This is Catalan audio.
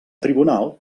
tribunal